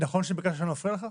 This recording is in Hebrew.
נכון שביקשת שלא נפריע לך?